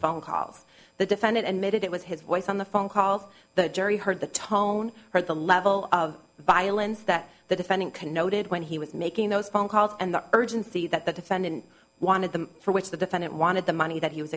phone calls the defendant and made it it was his voice on the phone calls the jury heard the tone or the level of violence that the defendant can noted when he was making those phone calls and the urgency that the defendant wanted them for which the defendant wanted the money that he was